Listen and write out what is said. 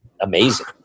amazing